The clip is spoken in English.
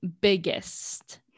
biggest